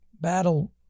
battle